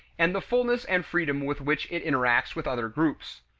and the fullness and freedom with which it interacts with other groups.